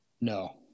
No